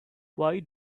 why